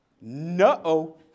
No